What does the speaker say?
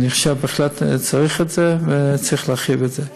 אני חושב שבהחלט צריך את זה, וצריך להרחיב את זה.